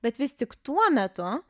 bet vis tik tuo metu